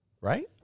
right